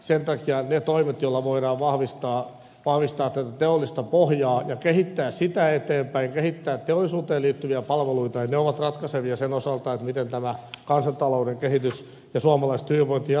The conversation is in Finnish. sen takia ne toimet joilla voidaan vahvistaa teollista pohjaa ja kehittää sitä eteenpäin kehittää teollisuuteen liittyviä palveluita ne ovat ratkaisevia sen osalta miten tämä kansantalouden kehitys ja suomalaisten hyvinvointi jatkossa tulee kehittymään